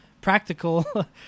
practical